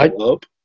up